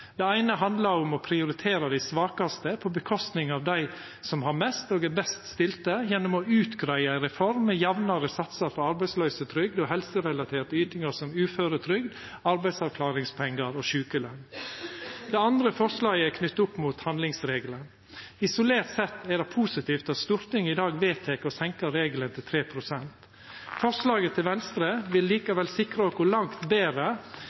Det eine handlar om å prioritera dei svakaste, i staden for dei som har mest og er best stilte, gjennom å greia ut ei reform med jamnare satsar for arbeidsløysetrygd og helserelaterte ytingar som uføretrygd, arbeidsavklaringspengar og sjukeløn. Det andre forslaget er knytt opp mot handlingsregelen. Isolert sett er det positivt at Stortinget i dag vedtek å senka regelen til 3 pst. Forslaget frå Venstre vil likevel sikra oss langt betre